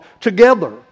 together